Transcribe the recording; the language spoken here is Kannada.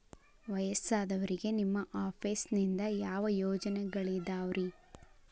ವಯಸ್ಸಾದವರಿಗೆ ನಿಮ್ಮ ಆಫೇಸ್ ನಿಂದ ಯಾವ ಯೋಜನೆಗಳಿದಾವ್ರಿ?